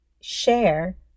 share